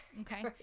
okay